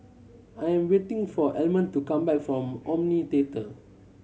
I am waiting for Almond to come back from Omni Theatre